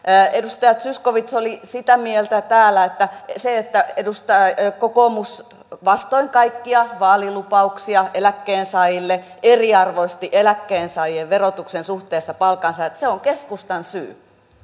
edustaja zyskowicz oli sitä mieltä täällä että se että kokoomus vastoin kaikkia vaalilupauksia eläkkeensaajille eriarvoisti eläkkeensaajien verotuksen suhteessa palkansaajiin on keskustan syy